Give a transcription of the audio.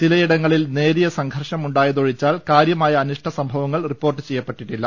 ചിലയിടങ്ങളിൽ നേരിയ സംഘർഷം ഉണ്ടായതൊഴിച്ചാൽ കാര്യമായ അനിഷ്ട സംഭവങ്ങൾ റിപ്പോർട്ട് ചെയ്യപ്പെട്ടിട്ടില്ല